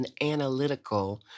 analytical